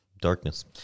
Darkness